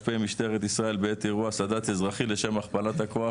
ת"פ משטרת ישראל בעת אירוע סד"צ אזרחי לשם הכפלת הכוח,